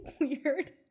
weird